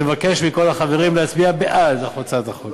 אני מבקש מכל החברים להצביע בעד הצעת החוק